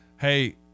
hey